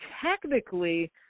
technically